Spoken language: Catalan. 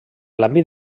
l’àmbit